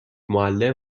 معلم